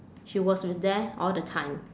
she was with there all the time